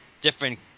different